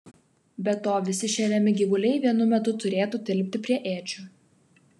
be to visi šeriami gyvuliai vienu metu turėtų tilpti prie ėdžių